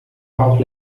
bauch